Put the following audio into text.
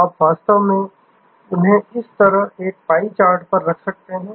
फिर आप वास्तव में उन्हें इस तरह एक पाई चार्ट पर रख सकते हैं